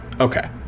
okay